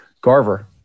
Garver